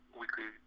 weekly